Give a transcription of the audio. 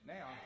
Now